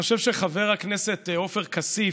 אני חושב שחבר הכנסת עופר כסיף,